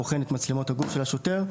בוחן את מצלמות הגוף של השוטר,